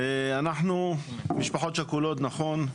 אנחנו משפחות שכולות נכון,